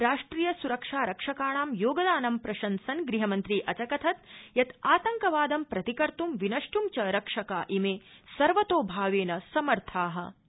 राष्ट्रिय स्रक्षा रक्षकाणां योगदानं प्रशंसन् गृहमन्त्री अचकथत् यत् आतंकवाद प्रतिकर्त् विनष्ट्व रक्षका इमे सर्वतोभावेन समर्था इति